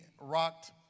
rocked